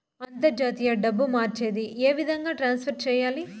అంతర్జాతీయ డబ్బు మార్చేది? ఏ విధంగా ట్రాన్స్ఫర్ సేయాలి?